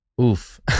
Oof